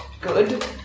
good